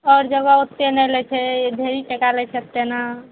आओर जगह ओते नहि लै छै ढेरी टाका लै छथि तेना